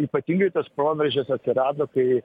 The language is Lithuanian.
ypatingai tas proveržis atsirado kai